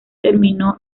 terminó